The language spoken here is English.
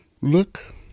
Look